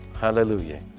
Hallelujah